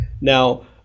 Now